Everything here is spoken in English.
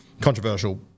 Controversial